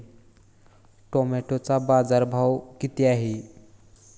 टोमॅटोचा बाजारभाव किती आहे?